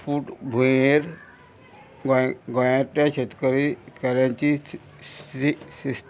फूट भूंयर गोंय गोंयतल्या शेतकरी कार्यांची स्ती स्थिती